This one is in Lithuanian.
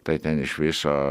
tai ten iš viso